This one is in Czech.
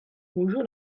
můžu